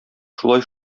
шулай